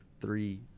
three